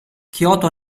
kyoto